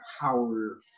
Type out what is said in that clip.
power